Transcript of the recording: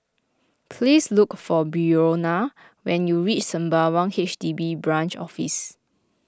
please look for Brionna when you reach Sembawang H D B Branch Office